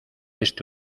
este